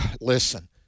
Listen